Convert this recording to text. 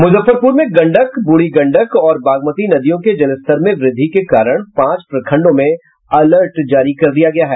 मुजफ्फरपुर में गंडक ब्रुढ़ी गंडक और बागमती नदियों के जलस्तर में वृद्धि के कारण पांच प्रखंडों में अलर्ट जारी कर दिया गया है